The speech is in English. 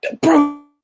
Bro